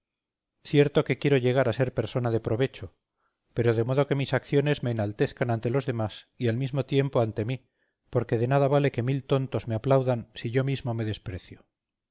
cierto que quiero llegar a ser persona de provecho pero de modo que mis acciones me enaltezcan ante los demás y al mismo tiempo ante mí porque de nada vale que mil tontos me aplaudan si yo mismo me desprecio